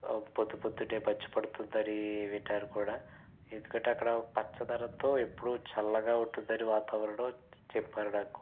పొద్దుపొద్దునే మంచు పడుతుందని విన్నాను కూడా ఎందుకంటే అక్కడ పచ్చదనంతో ఎప్పుడు చల్లగా ఉంటుందని వాతావరణం చెప్పారు నాకు